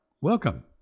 Welcome